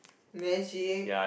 magic